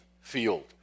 field